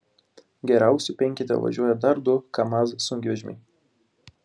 geriausių penkete važiuoja dar du kamaz sunkvežimiai